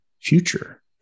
future